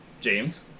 James